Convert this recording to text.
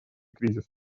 кризис